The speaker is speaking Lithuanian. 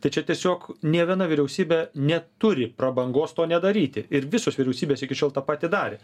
tai čia tiesiog nė viena vyriausybė neturi prabangos to nedaryti ir visos vyriausybės iki šiol tą patį darė